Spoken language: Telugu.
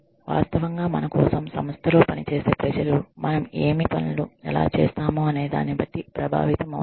వాస్తవంగా మన కోసం సంస్థలో పనిచేసే ప్రజలు మనం ఏమి పనులు ఎలా చేస్తామో అనేదాని బట్టి ప్రభావితం అవుతారు